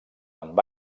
amb